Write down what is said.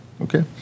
Okay